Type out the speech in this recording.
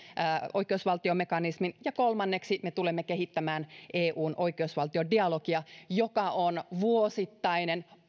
oikeusvaltiomekanismin ja kolmanneksi me tulemme kehittämään eun oikeusvaltiodialogia joka on vuosittainen